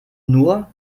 nur